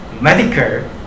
medical